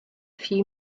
few